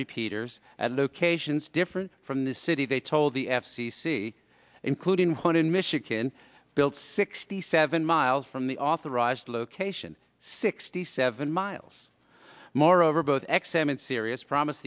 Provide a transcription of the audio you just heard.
repeaters at locations different from the city they told the f c c including one in michigan built sixty seven miles from the authorized location sixty seven miles moreover both x and sirius promised